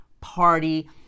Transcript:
party